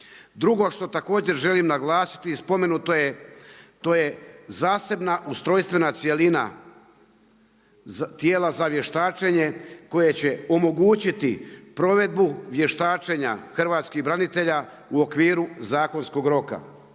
Drugo što također želim naglasiti, spomenuto je, to je zasebna ustrojstvena cjelina tijela za vještačenje koje će omogućiti provedbu vještačenja hrvatskih branitelja u okviru zakonskog roka.